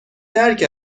درک